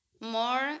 more